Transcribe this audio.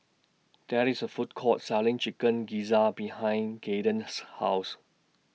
There IS A Food Court Selling Chicken Gizzard behind Caiden's House